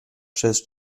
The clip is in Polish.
przez